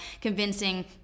convincing